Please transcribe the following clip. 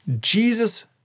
Jesus